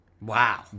Wow